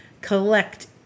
collect